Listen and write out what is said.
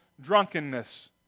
drunkenness